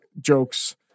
jokes